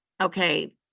okay